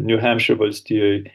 niu hempšyr valstijoj